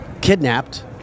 kidnapped